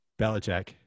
belichick